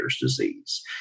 disease